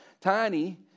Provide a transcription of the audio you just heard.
Tiny